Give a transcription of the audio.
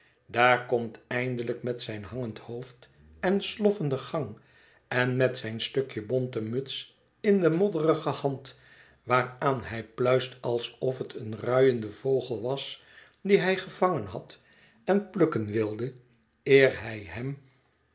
daar komt eindelijk met zijn hangend hoofd en sloff enden gang en met zijn stukje bonten muts in de modderige hand waaraan hij pluist alsof het een ruiende vogel was dien hij gevangen had en plukken wilde eer hij hem